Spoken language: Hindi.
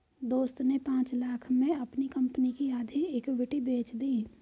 दोस्त ने पांच लाख़ में अपनी कंपनी की आधी इक्विटी बेंच दी